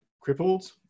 crippled